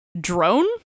drone